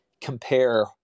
compare